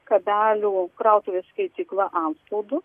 kabelių krautuvės skaitykla antspaudu